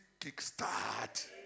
kickstart